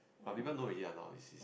but people know already lah now its